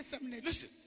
Listen